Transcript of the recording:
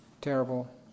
terrible